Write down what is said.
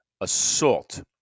assault